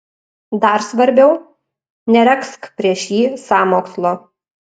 dar svarbiau neregzk prieš jį sąmokslo